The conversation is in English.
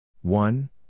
one